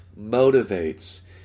motivates